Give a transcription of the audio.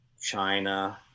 china